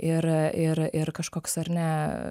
ir ir ir kažkoks ar ne